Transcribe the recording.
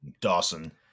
Dawson